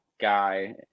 guy